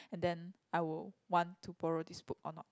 and then I will want to borrow this book or not